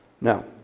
Now